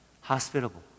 Hospitable